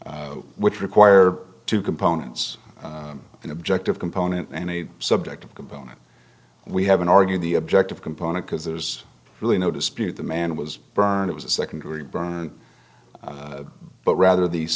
s which require two components an objective component and a subjective component we haven't argued the objective component because there's really no dispute the man was burned it was a secondary burn but rather the